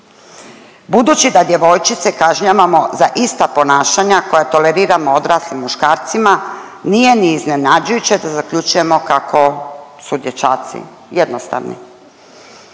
Budući da djevojčice kažnjavamo za ista ponašanja koja toleriramo odraslim muškarcima nije ni iznenađujuće da zaključujemo kako su dječaci jednostavni,